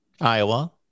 Iowa